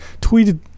tweeted